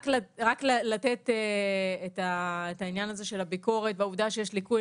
רק לתת את העניין הזה של הביקורת והעובדה שיש ליקוי,